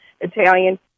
Italian